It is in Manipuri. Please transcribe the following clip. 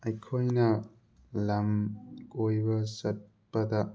ꯑꯩꯈꯣꯏꯅ ꯂꯝ ꯀꯣꯏꯕ ꯆꯠꯄꯗ